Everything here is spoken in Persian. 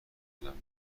بودن